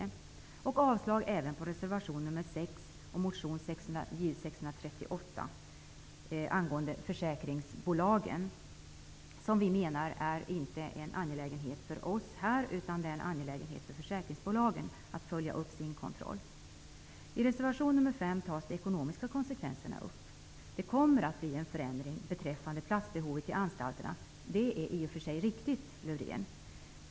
Vi i utskottet yrkar även avslag på reservation nr 6 och motion Ju638 angående skyldigheten för domstolar att skicka rapport till försäkringsbolagen. Det menar vi inte är angeläget. Det är försäkringsbolagens angelägenhet att göra kontroll. I reservation nr 5 tas de ekonomiska konsekvenserna upp. Det kommer att bli en förändring beträffande platsbehovet i anstalterna, det är riktigt, Lövdén.